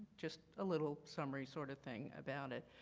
just a little summary sort of thing about it.